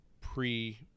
pre-